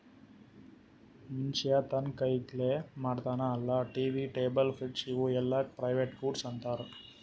ಮನ್ಶ್ಯಾ ತಂದ್ ಕೈಲೆ ಮಾಡ್ತಾನ ಅಲ್ಲಾ ಟಿ.ವಿ, ಟೇಬಲ್, ಫ್ರಿಡ್ಜ್ ಇವೂ ಎಲ್ಲಾಕ್ ಪ್ರೈವೇಟ್ ಗೂಡ್ಸ್ ಅಂತಾರ್